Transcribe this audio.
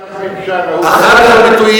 הציבור